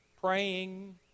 Praying